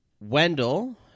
Wendell